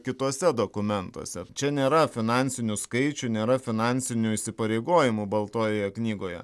kituose dokumentuose čia nėra finansinių skaičių nėra finansinių įsipareigojimų baltojoje knygoje